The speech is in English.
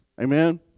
Amen